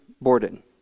Borden